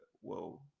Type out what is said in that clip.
whoa